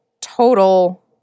total